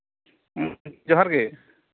ᱡᱚᱦᱟᱨ ᱜᱮ